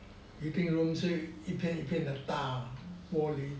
heating room 是一片一片的大玻璃